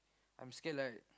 I'm scared like